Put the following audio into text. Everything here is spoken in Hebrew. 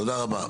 תודה רבה.